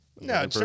No